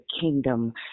kingdom